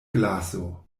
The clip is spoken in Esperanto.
glaso